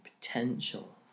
potential